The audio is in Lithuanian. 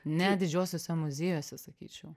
ne didžiuosiuose muziejuose sakyčiau